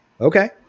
Okay